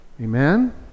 Amen